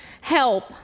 Help